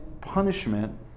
punishment